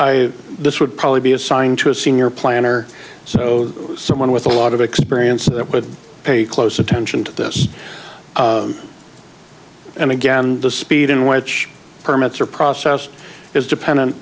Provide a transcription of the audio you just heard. i this would probably be assigned to a senior planner so someone with a lot of experience that would pay close attention to this and again the speed in which permits or process is dependent